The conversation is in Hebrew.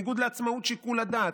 בניגוד לעצמאות שיקול הדעת,